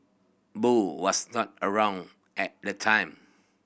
Boo was not around at the time